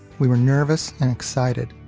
we were nervous and excited.